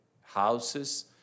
houses